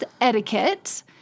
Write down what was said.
etiquette